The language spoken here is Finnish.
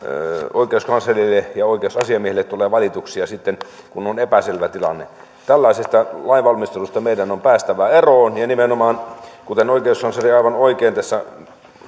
oikeuskanslerille ja oikeusasiamiehelle tulee valituksia sitten kun on epäselvä tilanne tällaisesta lainvalmistelusta meidän on päästävä eroon ja ja nimenomaan kuten oikeuskansleri aivan oikein tässä